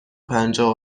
پنجاه